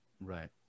Right